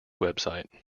website